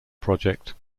project